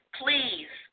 please